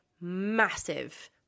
massive